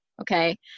Okay